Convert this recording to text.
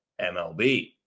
MLB